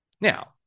Now